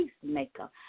peacemaker